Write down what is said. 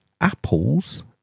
apples